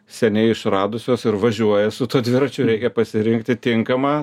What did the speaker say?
seniai išradusios ir važiuoja su tuo dviračiu reikia pasirinkti tinkamą